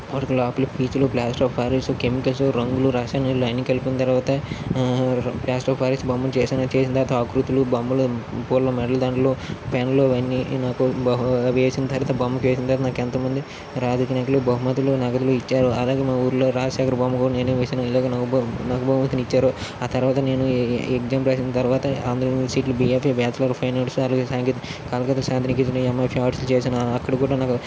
వాటికి లోపల పీచులు ప్లాస్టో కలర్స్ కెమికల్స్ రంగులు రసాయనాలు అవన్ని కలిపిన తర్వాత ప్లాస్టర్ ఆఫ్ పారిస్ బొమ్మను చేశాను చేసిన తర్వాత ఆకృతులు బొమ్మలు పూలు మెడలో దండలు పెన్నులు అవన్నీ నాకు వేసిన తర్వాత బొమ్మకు వేసిన తర్వాత నాకు ఎంతోమంది రాజకీయ నాయకులు బహుమతులు నగదులు ఇచ్చారు అలాగే మా ఊరిలో రాజశేఖర్ బొమ్మ కూడా నేనే వేసాను ఇలాగా నాకు నాకు బహుమతిని ఇచ్చారు ఆ తర్వాత నేను ఎగ్జామ్ రాసిన తర్వాత ఆంధ్ర యూనివర్సిటీలో బిఎకి బ్యాచిలర్ ఫైన్ ఆర్ట్స్ రెండుసార్లు ఆర్ట్స్లు చేశాను అక్కడ కూడా నాకు